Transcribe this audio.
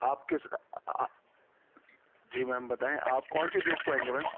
آپ کس جی میم بتائیں آپ کون سی ڈیٹ کو آئیں گے میم